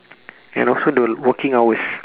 and also the working hours